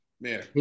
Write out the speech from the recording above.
Man